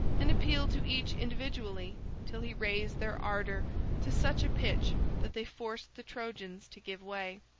and appealed to each individually till he raised their ardor to such a pitch that they forced the trojans to give way.